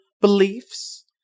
beliefs